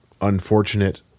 unfortunate